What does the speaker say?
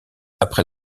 après